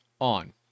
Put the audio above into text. on